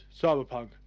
Cyberpunk